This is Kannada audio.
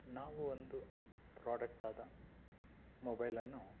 ನಾವು ಒಂದು ಪ್ರಾಡಕ್ಟ್ ಆದ ಮೊಬೈಲನ್ನು